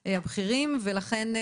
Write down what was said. לכן,